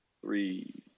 three